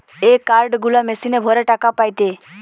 এ card গুলা মেশিনে ভরে টাকা পায়টে